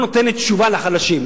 שלא נותנת תשובה לחלשים.